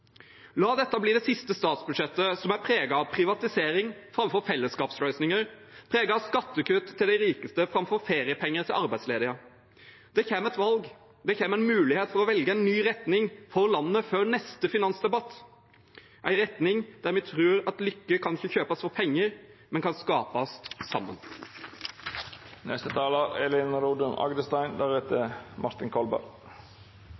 La dette bli det siste statsbudsjettet som er preget av privatisering framfor fellesskapsløsninger, preget av skattekutt til de rikeste framfor feriepenger til arbeidsledige. Det kommer et valg. Det kommer en mulighet til å velge en ny retning for landet før neste finansdebatt – en retning der vi tror at lykke ikke kan kjøpes for penger, men kan skapes